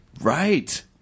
Right